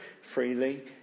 freely